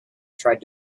tried